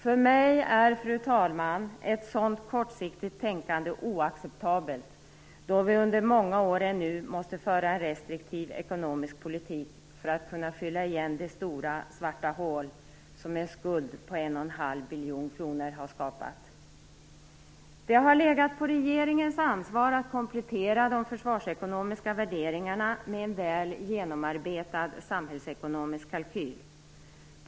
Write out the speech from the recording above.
För mig är, fru talman, ett sådant kortsiktigt tänkande oacceptabelt, då vi under många år ännu måste föra en restriktiv ekonomisk politik för att kunna fylla igen det stora svarta hål som en skuld om 1 1⁄2 billion kronor har skapat. Det har legat på regeringens ansvar att komplettera de försvarsekonomiska värderingarna med en väl genomarbetad samhällsekonomisk kalkyl.